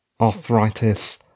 arthritis